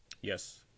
Yes